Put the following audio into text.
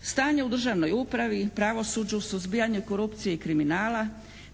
Stanje u Državnoj upravi i pravosuđu, suzbijanje korupcije i kriminala